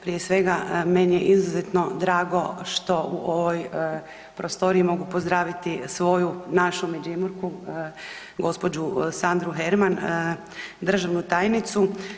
Prije svega meni je izuzetno drago što u ovoj prostoriji mogu pozdraviti svoju, našu Međimurku gospođu Sandru Herman državnu tajnicu.